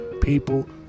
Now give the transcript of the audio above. people